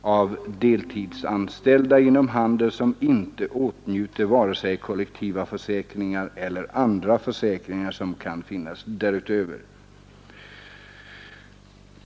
av deltidsanställda inom handeln som inte åtnjuter skydd genom vare sig kollektiva försäkringar eller andra försäkringar som kan finnas därutöver.